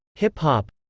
hip-hop